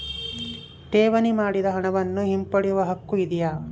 ಠೇವಣಿ ಮಾಡಿದ ಹಣವನ್ನು ಹಿಂಪಡೆಯವ ಹಕ್ಕು ಇದೆಯಾ?